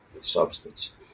substance